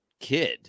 kid